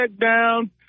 down